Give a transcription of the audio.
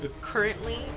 Currently